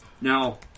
now